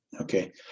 okay